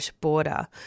border